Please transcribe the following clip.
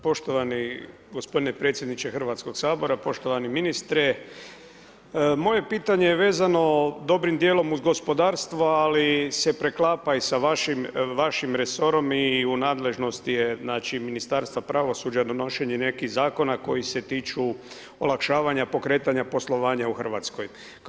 Poštovani g. predsjedniče Hrvatskog sabora, poštovani ministre, moje pitanje je vezano dobrim dijelom uz gospodarstva, ali se preklapa i sa vašim resorom i u nadležnosti je ministarstva pravosuđa donošenje nekih zakona, koji se tiču olakšavanja, pokretanja poslovanja u Hrvatskoj.